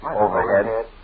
Overhead